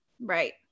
right